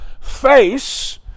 face